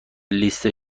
لیست